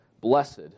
blessed